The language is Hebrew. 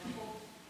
ההצעה להעביר את